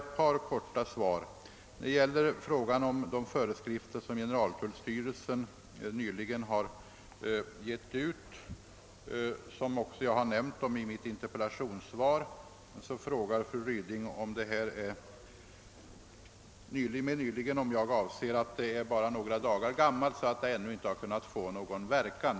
Jag har i mitt interpellationssvar omnämnt de föreskrifter som generaltullstyrelsen nyligen har givit ut, och fru Ryding frågar om jag med »nyligen» avser att föreskrifterna är bara några dagar gamla och ännu inte har kunnat få någon verkan.